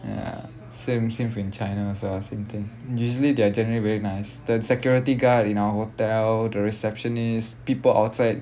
ya same same for in china also same thing usually they are generally very nice the security guard in our hotel the receptionist people outside